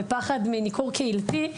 ופחד מניכור קהילתי,